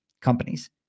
companies